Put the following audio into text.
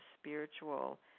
spiritual